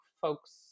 folks